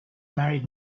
married